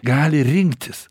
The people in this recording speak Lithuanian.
gali rinktis